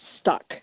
stuck